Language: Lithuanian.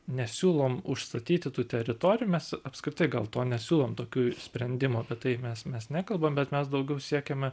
nesiūlom užstatyti tų teritorijų mes apskritai gal to nesiūlom tokių sprendimų apie tai mes mes nekalbam bet mes daugiau siekiame